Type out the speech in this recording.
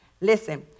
listen